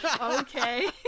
okay